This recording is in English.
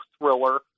thriller